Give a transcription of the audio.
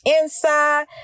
inside